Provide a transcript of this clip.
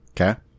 Okay